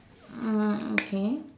mm okay